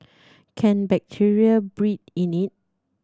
can bacteria breed in it